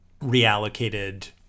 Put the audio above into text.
reallocated